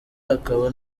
akaba